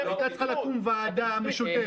הייתה צריכה לקום ועדה משותפת,